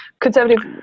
Conservative